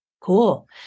Cool